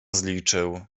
zliczył